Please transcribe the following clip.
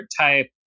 type